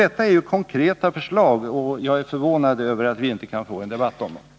Detta är ju konkreta förslag, och jag är förvånad över att vi inte kan få en debatt om dem.